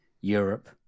Europe